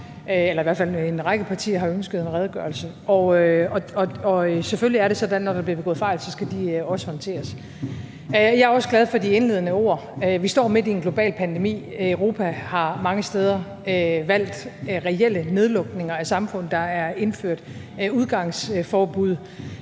i hvert fald en række partier – har ønsket en redegørelse, og selvfølgelig er det sådan, at når der bliver begået fejl, skal de også håndteres. Jeg er også glad for de indledende ord. Vi står midt i en global pandemi; Europa har mange steder valgt reelle nedlukninger af samfund, og der er indført udgangsforbud;